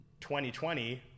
2020